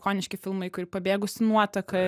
ikoniški filmai kaip pabėgusi nuotaka